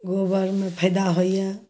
गोबरमे फयदा होइए